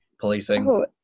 policing